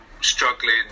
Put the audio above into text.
struggling